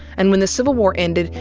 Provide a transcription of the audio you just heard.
and when the civil war ended,